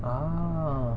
ah